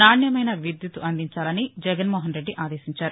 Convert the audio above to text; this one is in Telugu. నాణ్యమైన విద్యుత్తు అందించాలని జగన్మోహన్ రెడ్డి ఆదేశించారు